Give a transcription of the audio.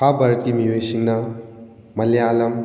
ꯈꯩ ꯚꯥꯔꯠꯀꯤ ꯃꯤꯑꯣꯏꯁꯤꯡꯅ ꯃꯥꯂꯤꯌꯥꯂꯝ